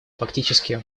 фактически